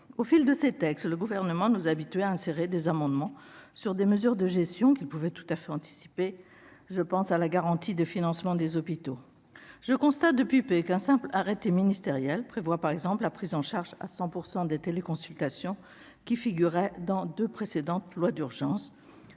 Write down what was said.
Au fil de ces textes, le Gouvernement nous a habitués à insérer des amendements sur des mesures de gestion qu'il pouvait tout à fait anticiper, comme la garantie de financement des hôpitaux. Je constate depuis peu qu'un simple arrêté ministériel prévoit, par exemple, la prise en charge à 100 % des téléconsultations, qui figurait dans deux précédentes lois d'urgence.